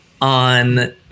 on